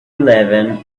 eleven